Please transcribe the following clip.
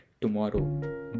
tomorrow